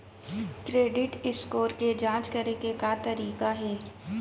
Credit score के जाँच करे के का तरीका हे?